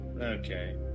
Okay